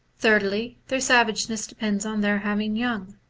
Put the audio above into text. thirdly, their savageness depends on their having young.